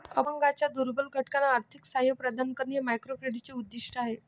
अपंगांच्या दुर्बल घटकांना आर्थिक सहाय्य प्रदान करणे हे मायक्रोक्रेडिटचे उद्दिष्ट आहे